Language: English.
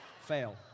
Fail